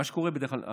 בדרך כלל,